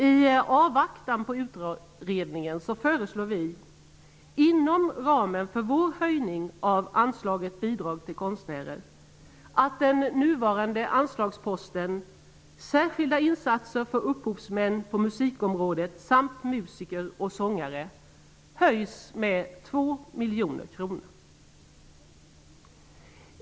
I avvaktan på utredningen föreslår vi att man utökar de särskilda insatserna för upphovsmän på musikområdet samt musiker och sångare med 2 miljoner kronor inom ramen för den höjning av anslaget Bidrag till konstnärer som vi föreslår.